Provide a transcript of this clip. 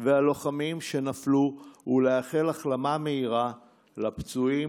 והלוחמים שנפלו ולאחל החלמה מהירה ומלאה לפצועים.